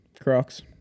Crocs